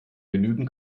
genügend